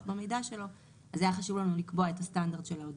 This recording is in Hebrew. במידע שלו והיה חשוב לנו לקבוע את הסטנדרט של ההודעה.